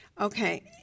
Okay